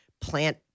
plant